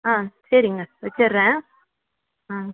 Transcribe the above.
ஆ சரிங்க வைச்சிட்றேன் ஆ